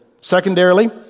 Secondarily